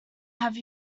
have